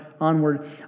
onward